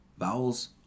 Vowels